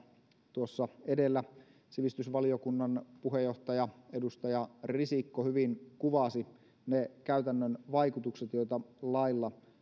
tuossa edellä sivistysvaliokunnan puheenjohtaja edustaja risikko hyvin kuvasi ne käytännön vaikutukset joita lailla